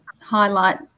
highlight